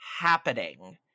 happening